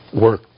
work